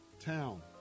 town